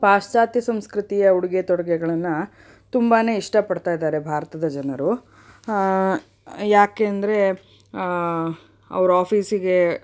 ಪಾಶ್ಚಾತ್ಯ ಸಂಸ್ಕೃತಿಯ ಉಡುಗೆ ತೊಡುಗೆಗಳನ್ನು ತುಂಬಾ ಇಷ್ಟಪಡ್ತಾ ಇದ್ದಾರೆ ಭಾರತದ ಜನರು ಯಾಕೆಂದರೆ ಅವ್ರು ಆಫೀಸಿಗೆ